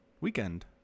weekend